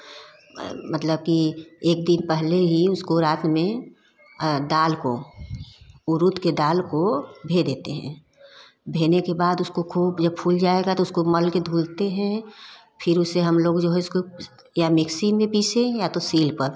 मतलब कि एक दिन पहले ही उसको रात में दाल को उड़द के दाल को भे देते हैं भेने के बाद खूब जब फूल जाएगा तो उसको मल के धुलते हैं फिर उसे हम लोग जो है इसको या मिक्सी में पीसे या तो सील पर